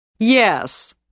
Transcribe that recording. Yes